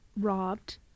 robbed